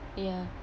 ya